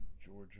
Georgia